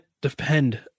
depend